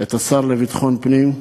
את השר לביטחון פנים,